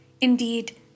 Indeed